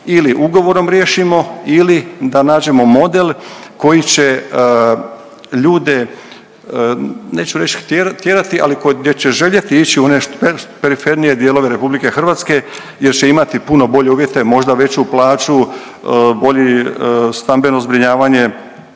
ili ugovorom riješimo ili da nađemo model koji će ljude, neću reć tjerati, ali gdje će željeti ići u one perifernije dijelove RH gdje će imati puno bolje uvjete, možda veću plaću, bolji stambeno zbrinjavanje